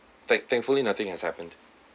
thank thankfully nothing has happened